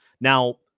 Now